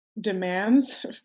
demands